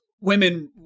women